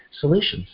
solutions